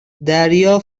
دریا